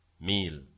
meal